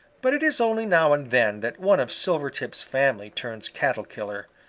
but it is only now and then that one of silvertip's family turns cattle killer.